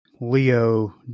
leo